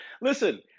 Listen